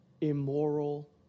immoral